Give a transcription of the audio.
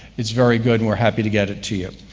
it's very good and we're happy to get it to you.